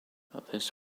this